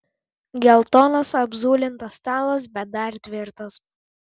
geltonas apzulintas stalas bet dar tvirtas